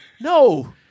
no